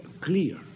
clear